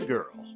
Girl